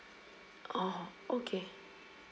oh okay